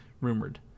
rumored